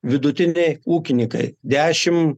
vidutiniai ūkininkai dešim